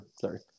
Sorry